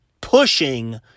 pushing